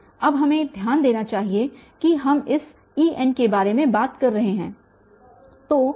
अब हमें ध्यान देना चाहिए कि हम इस En के बारे में बात कर रहे हैं